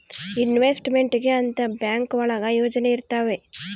investment ಗೆ ಅಂತ bank ಒಳಗ ಯೋಜನೆ ಇರ್ತವೆ